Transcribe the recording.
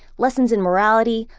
lessons in morality,